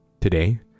Today